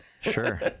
Sure